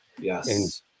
Yes